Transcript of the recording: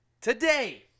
today